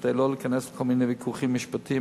כדי לא להיכנס לכל מיני ויכוחים משפטיים,